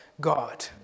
God